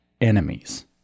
enemies